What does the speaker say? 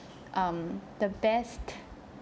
um the best